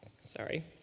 Sorry